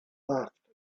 laughed